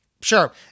Sure